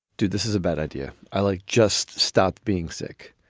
dude, this is a bad idea. i like. just stop being sick.